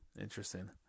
Interesting